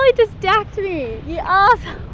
like just dacked me yeah ah